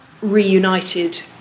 reunited